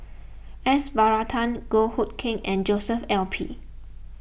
S Varathan Goh Hood Keng and Joshua L P